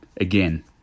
again